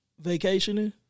Vacationing